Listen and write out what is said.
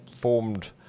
formed